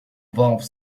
valve